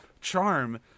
charm